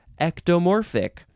ectomorphic